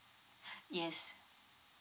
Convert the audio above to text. yes